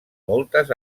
moltes